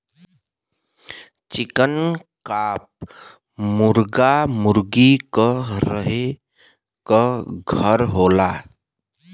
चिकन coop मुरगा मुरगी क रहे क घर होला